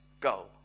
go